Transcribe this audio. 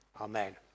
Amen